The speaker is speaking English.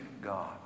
God